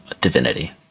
divinity